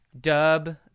dub